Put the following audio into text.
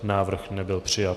Návrh nebyl přijat.